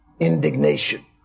Indignation